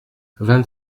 vingt